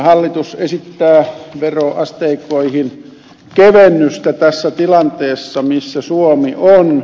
hallitus esittää veroasteikkoihin kevennystä tässä tilanteessa missä suomi on